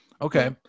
Okay